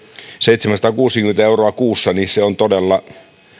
seitsemänsataakuusikymmentä euroa kuussa